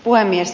puhemies